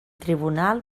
tribunal